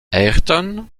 ayrton